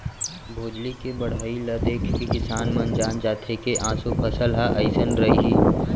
भोजली के बड़हई ल देखके किसान मन जान जाथे के ऑसो फसल ह अइसन रइहि